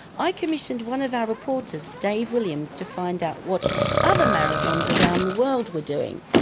i commissioned one of our reporters, dave williams, to find out what other marathons around the world were doing.